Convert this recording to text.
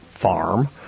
farm